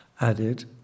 added